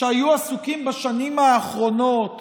שהיו עסוקים בשנים האחרונות